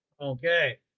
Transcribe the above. Okay